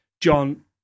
John